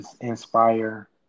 inspire